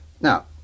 Now